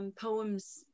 Poems